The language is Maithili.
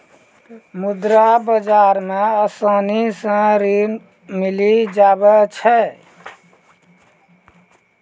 मुद्रा बाजार मे आसानी से ऋण मिली जावै छै